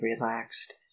relaxed